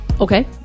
okay